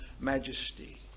majesty